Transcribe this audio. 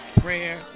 prayer